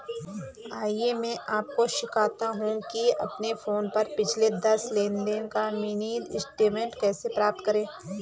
आइए मैं आपको सिखाता हूं कि अपने फोन पर पिछले दस लेनदेन का मिनी स्टेटमेंट कैसे प्राप्त करें